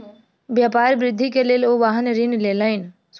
व्यापार वृद्धि के लेल ओ वाहन ऋण लेलैन